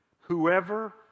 Whoever